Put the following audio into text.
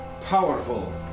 powerful